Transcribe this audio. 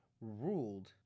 ruled